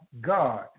God